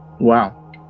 Wow